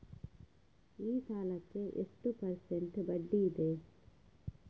ಈ ಸಾಲಕ್ಕೆ ಎಷ್ಟು ಪರ್ಸೆಂಟ್ ಬಡ್ಡಿ ಇದೆ?